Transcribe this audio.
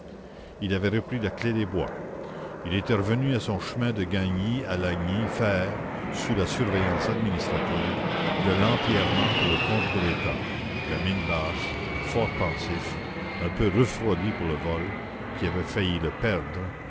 il avait repris la clef des bois il était revenu à son chemin de gagny à lagny faire sous la surveillance administrative de l'empierrement pour le compte de l'état la mine basse fort pensif un peu refroidi pour le vol qui avait failli le perdre